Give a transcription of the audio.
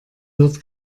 wird